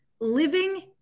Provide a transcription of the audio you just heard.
living